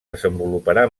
desenvoluparà